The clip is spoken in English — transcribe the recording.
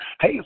Hey